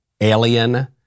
alien